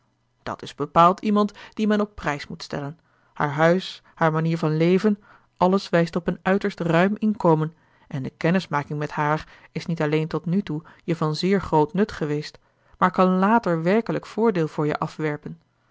dat is bepaald iemand die men op prijs moet stellen haar huis haar manier van leven alles wijst op een uiterst ruim inkomen en de kennismaking met haar is niet alleen tot nu toe je van zeer groot nut geweest maar kan later werkelijk voordeel voor je afwerpen